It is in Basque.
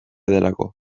delako